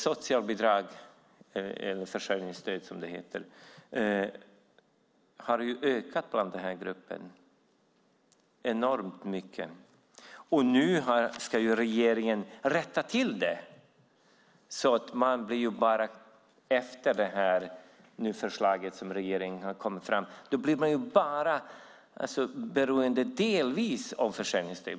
Socialbidragen, försörjningsstöd som det nu heter, har ökat bland den här gruppen enormt mycket. Nu ska regeringen rätta till det så att man, efter det förslag som regeringen har lagt fram, bara delvis blir beroende av försörjningsstöd.